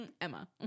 Emma